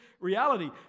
reality